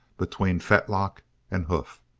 between fetlock and hoof.